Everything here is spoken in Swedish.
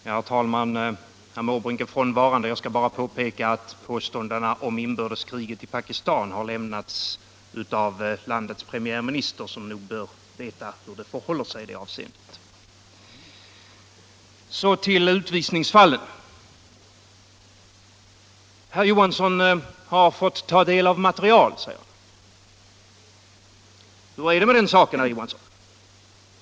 Herr talman! Herr Måbrink är frånvarande. Jag skall därför bara påpeka att uppgifterna om inbördeskriget i Pakistan har lämnats av landets premiärminister som bör veta hur det förhåller sig i det avseendet. Så till utvisningsfallen. Herr Johansson i Malmö säger att han har fått ta del av material. Hur är det med den saken, herr Johansson?